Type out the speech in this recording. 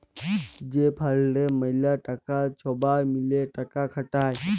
যে ফাল্ডে ম্যালা টাকা ছবাই মিলে টাকা খাটায়